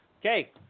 okay